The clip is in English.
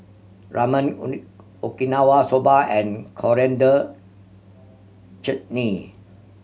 Ramen Okinawa Soba and Coriander Chutney